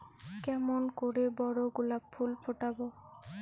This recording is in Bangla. কেমন করে বড় গোলাপ ফুল ফোটাব?